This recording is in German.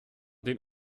den